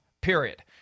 Period